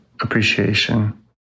appreciation